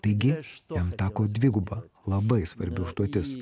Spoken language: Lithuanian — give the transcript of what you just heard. taigi jam teko dviguba labai svarbi užduotis